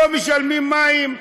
לא משלמים מים,